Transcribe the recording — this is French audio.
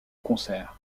concert